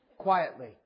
quietly